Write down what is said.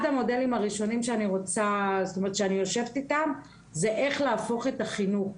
אחד המודלים הראשונים שאני יושבת איתם זה איך להפוך את החינוך,